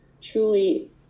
truly